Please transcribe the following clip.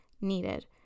needed